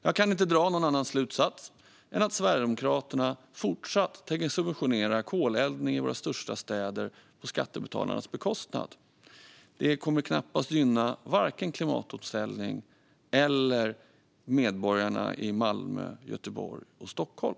Jag kan inte dra någon annan slutsats än att Sverigedemokraterna fortsatt tänker subventionera koleldning i våra största städer på skattebetalarnas bekostnad. Det kommer knappast gynna vare sig klimatomställning eller medborgarna i Malmö, Göteborg och Stockholm.